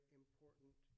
important